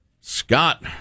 Scott